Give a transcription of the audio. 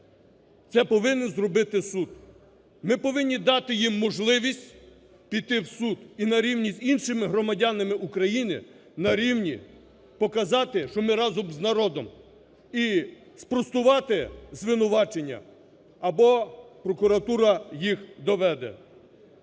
це повинен зробити суд. Ми повинні дати їм можливість піти в суд і нарівні з іншими громадянами України, нарівні показати, що ми разом з народом, і спростувати звинувачення, або прокуратура їх доведе.